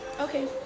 okay